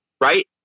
right